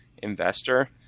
investor